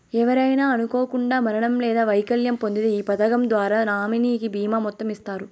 ఎవరైనా అనుకోకండా మరణం లేదా వైకల్యం పొందింతే ఈ పదకం ద్వారా నామినీకి బీమా మొత్తం ఇస్తారు